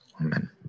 Amen